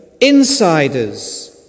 insiders